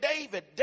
David